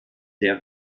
der